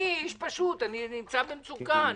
אני איש פשוט, אני נמצא במצוקה.